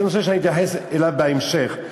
זה נושא שאני אתייחס אליו בהמשך,